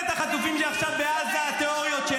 אבל היא דואגת גם לעתיד.